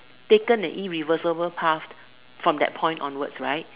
taken the irreversible path from that point onwards